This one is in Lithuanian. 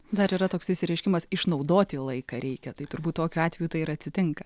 dar yra toksai išsireiškimas išnaudoti laiką reikia tai turbūt tokiu atveju tai ir atitinka